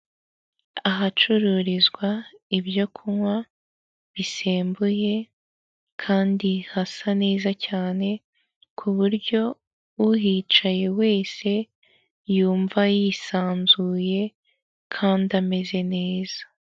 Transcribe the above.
Ahacururizwa ibyo kunywa bisembuye kandi hasa neza cyane, ku buryo uhicaye wese yumva yisanzuye kandi ameze neza.